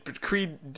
Creed